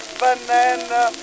banana